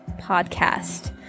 podcast